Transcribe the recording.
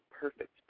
perfect